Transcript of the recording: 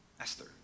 Esther